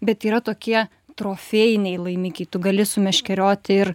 bet yra tokie trofėjiniai laimikiai tu gali sumeškerioti ir